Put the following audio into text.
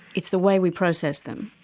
it's the way we process them.